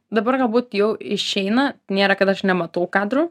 dabar galbūt jau išeina nėra kad aš nematau kadrų